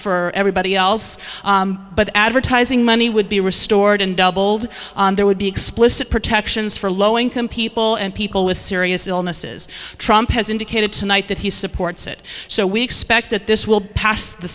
for everybody else but advertising money would be restored and doubled and there would be explicit protections for low income people and people with serious illnesses trump has indicated tonight that he supports it so we expect that this will pass the